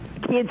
kids